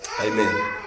Amen